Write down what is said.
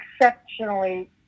exceptionally